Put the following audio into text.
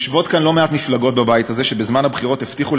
יושבות כאן בבית הזה לא מעט מפלגות שבזמן הבחירות הבטיחו